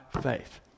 faith